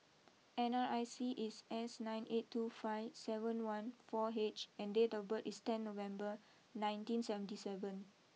N R I C is S nine eight two five seven one four H and date of birth is ten November nineteen seventy seven